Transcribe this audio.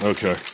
Okay